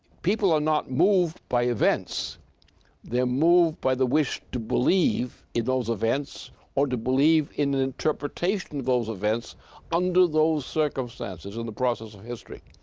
people are not moved by events they're moved by the wish to believe in those events or to believe in an interpretation of those events under those circumstances in the process of history.